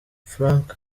frank